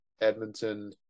Edmonton